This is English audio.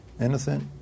innocent